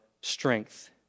strength